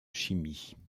chimie